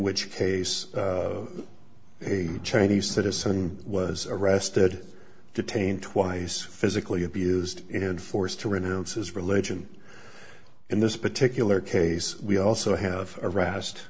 which case a chinese citizen was arrested detained twice physically abused and forced to renounce his religion in this particular case we also have a